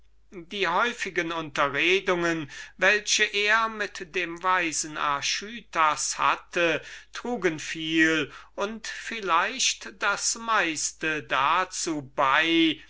die häufigen unterredungen welche er mit dem weisen archytas hatte trugen viel und vielleicht das meiste bei